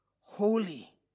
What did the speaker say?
holy